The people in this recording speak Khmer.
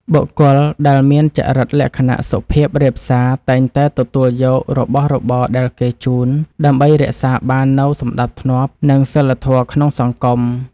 បុគ្គលដែលមានចរិតលក្ខណៈសុភាពរាបសារតែងតែទទួលយករបស់របរដែលគេជូន ដើម្បីរក្សាបាននូវសណ្តាប់ធ្នាប់ និងសីលធម៌ក្នុងសង្គម។